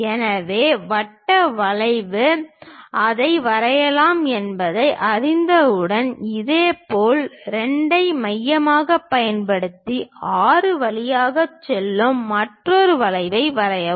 எனவே வட்ட வளைவு அதை வரையலாம் என்பதை அறிந்தவுடன் இதேபோல் 2 ஐ மையமாகப் பயன்படுத்தி 6 வழியாக செல்லும் மற்றொரு வளைவை வரையவும்